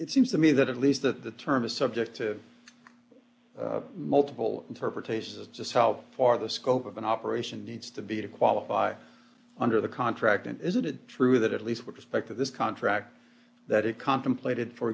it seems to me that at least the term a subjective multiple interpretations of just how far the scope of an operation needs to be to qualify under the contract and isn't it true that at least with respect to this contract that it contemplated for